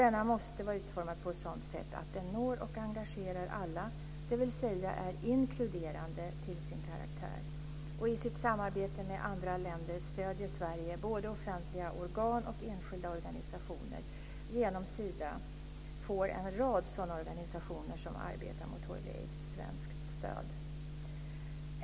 Denna måste vara utformad på ett sådant sätt att den når och engagerar alla, dvs. är inkluderande till sin karaktär. I sitt samarbete med andra länder stöder Sverige både offentliga organ och enskilda organisationer - genom Sida får en rad sådana organisationer som arbetar mot hiv/aids svenskt stöd.